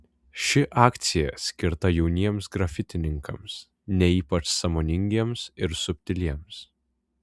ši akcija skirta jauniems grafitininkams ne ypač sąmoningiems ir subtiliems